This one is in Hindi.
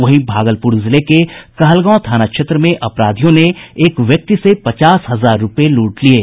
वहीं भागलपुर जिले के कहलगांव थाना क्षेत्र में अपराधियों ने एक व्यक्ति से पचास हजार रूपये लूट लिये